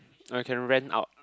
or you can rent out